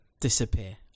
Disappear